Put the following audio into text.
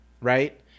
right